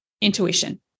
intuition